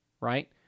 right